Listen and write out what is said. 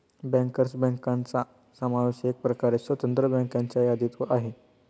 bankers बँकांचा समावेश एकप्रकारे स्वतंत्र बँकांच्या यादीत आहे